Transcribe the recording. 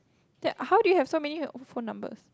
that how do you have so many phone numbers